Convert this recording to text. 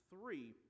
three